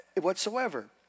whatsoever